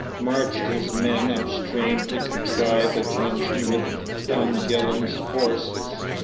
marched his men up-stream to contrive a junction with young gillam's forces.